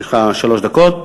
יש לך שלוש דקות.